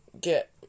get